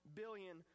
billion